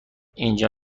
اینجا